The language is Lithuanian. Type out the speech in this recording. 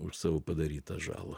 už savo padarytą žalą